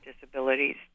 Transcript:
disabilities